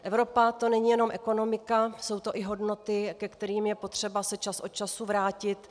Evropa, to není jenom ekonomika, jsou to i hodnoty, ke kterým je potřeba se čas od času vrátit.